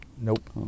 Nope